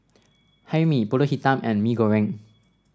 Hae Mee pulut Hitam and Mee Goreng